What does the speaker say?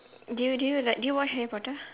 do you do you like do you watch Harry Potter